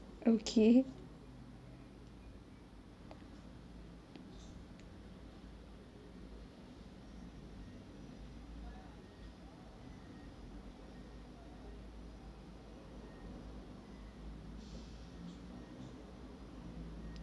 okay oh